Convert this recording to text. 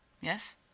Yes